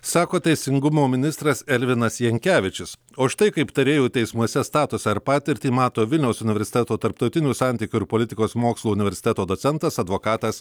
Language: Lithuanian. sako teisingumo ministras elvinas jankevičius o štai kaip tarėjų teismuose statusą ir patirtį mato vilniaus universiteto tarptautinių santykių ir politikos mokslų universiteto docentas advokatas